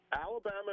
Alabama